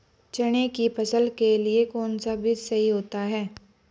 चने की फसल के लिए कौनसा बीज सही होता है?